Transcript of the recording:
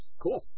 Cool